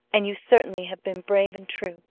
and you certainly have been brave and true.